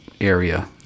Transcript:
area